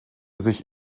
sich